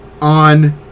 on